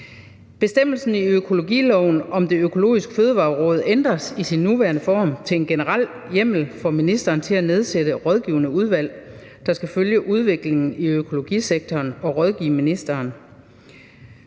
Bestemmelsen i økologiloven om Det Økologiske Fødevareråd ændres fra sin nuværende form til en generel hjemmel for ministeren til at nedsætte rådgivende udvalg, der skal følge udviklingen i økologisektoren og rådgive ministeren.